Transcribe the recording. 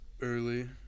early